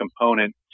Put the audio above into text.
component